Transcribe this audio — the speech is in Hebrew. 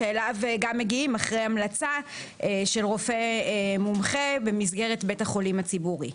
שאליו גם מגיעים אחרי המלצה של רופא מומחה במסגרת בית החולים הציבורי.